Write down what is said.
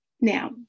Now